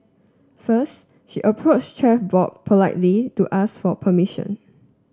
first she approached Chef Bob politely to ask for permission